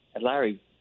Larry